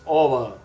over